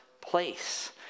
place